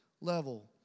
level